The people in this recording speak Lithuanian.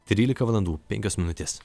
trylika valandų penkios minutės